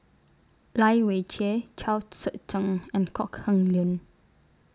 Lai Weijie Chao Tzee Cheng and Kok Heng Leun